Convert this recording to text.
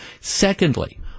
Secondly